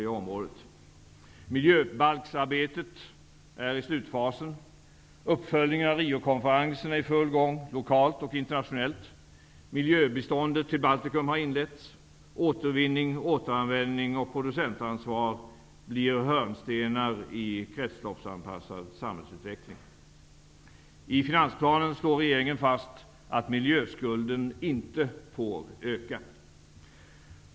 Miljöbalksarbetet är i slutfasen. Uppföljningen av Riokonferensen är i full gång, lokalt och internationellt. Miljöbiståndet till Baltikum har inletts. Återvinning, återanvändning och producentansvar blir hörnstenar i kretsloppsanpassad samhällsutveckling. I finansplanen slår regeringen fast att miljöskulden inte får öka.